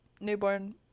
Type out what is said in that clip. newborn